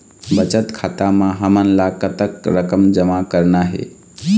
बचत खाता म हमन ला कतक रकम जमा करना हे?